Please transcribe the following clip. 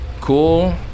cool